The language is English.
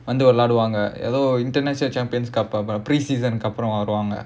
வந்து விளையாடுவாங்க:vandhu vilaiyaaduvaanga International Champions Cup preseason அப்புறம் வருவாங்க:appuram varuvaanga